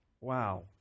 Wow